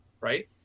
right